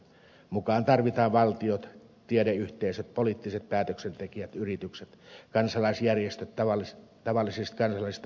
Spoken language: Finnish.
mukaan tarvitaan valtiot tiedeyhteisöt poliittiset päätöksentekijät yritykset kansalaisjärjestöt tavallisista kansalaisista puhumattakaan